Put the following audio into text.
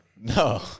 No